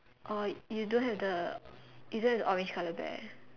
oh you don't have the you don't have the orange colour bear